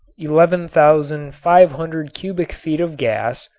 eleven thousand five hundred cubic feet of gas,